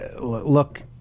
look